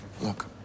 Look